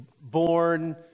born